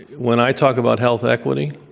when i talk about health equity,